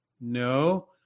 no